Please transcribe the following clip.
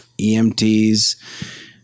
EMTs